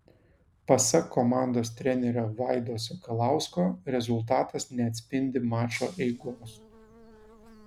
pasak komandos trenerio vaido sakalausko rezultatas neatspindi mačo eigos